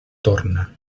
torna